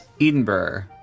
Edinburgh